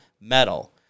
metal